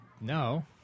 No